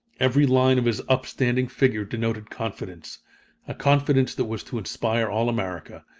every line of his upstanding figure denoted confidence a confidence that was to inspire all america,